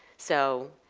so,